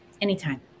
anytime